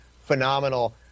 Phenomenal